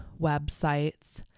websites